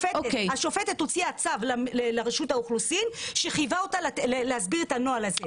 השופטת הוציאה צו לרשות האוכלוסין שחייבה אותה להסביר את הנוהל הזה.